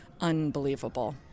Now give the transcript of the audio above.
unbelievable